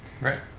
Right